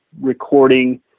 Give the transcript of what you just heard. recording